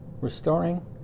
restoring